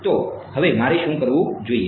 તો હવે મારે શું કરવું જોઈએ